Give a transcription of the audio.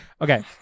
Okay